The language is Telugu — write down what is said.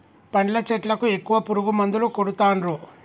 పండ్ల చెట్లకు ఎక్కువ పురుగు మందులు కొడుతాన్రు